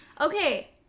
Okay